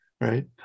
right